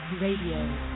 Radio